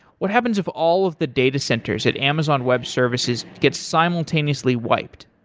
what happens if all of the data centers at amazon web services get simultaneously wiped?